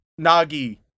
Nagi